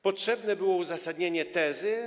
Potrzebne było uzasadnienie tezy?